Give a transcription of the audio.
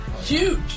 Huge